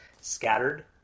scattered